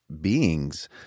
beings